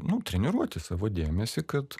nu treniruoti savo dėmesį kad